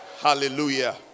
Hallelujah